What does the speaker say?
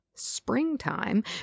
Springtime